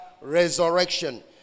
resurrection